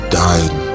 dying